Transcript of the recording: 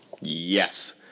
Yes